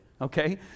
Okay